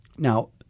Now